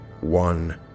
one